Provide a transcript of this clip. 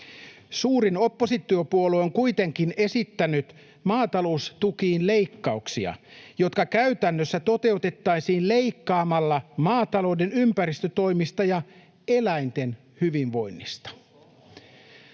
Suurin oppositiopuolue on kuitenkin esittänyt maataloustukiin leikkauksia, jotka käytännössä toteutettaisiin leikkaamalla maatalouden ympäristötoimista ja eläinten hyvinvoinnista.